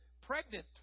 pregnant